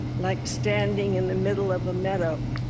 like standing in the middle of a meadow